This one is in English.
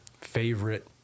favorite